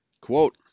Quote